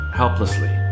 helplessly